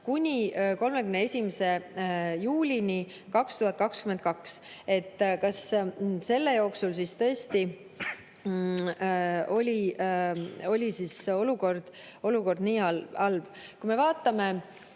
kuni 31. juulini 2022. Kas selle [aja] jooksul siis tõesti oli olukord nii halb? Kui me vaatame